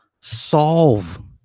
solve